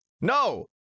No